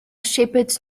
shepherds